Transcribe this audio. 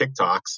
TikToks